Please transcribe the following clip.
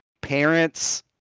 parents